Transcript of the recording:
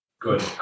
good